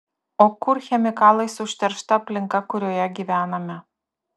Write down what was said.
o kur chemikalais užteršta aplinka kurioje gyvename